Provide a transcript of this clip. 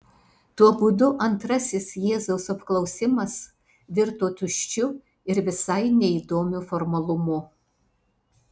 tuo būdu antrasis jėzaus apklausimas virto tuščiu ir visai neįdomiu formalumu